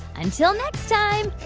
until next time,